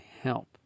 help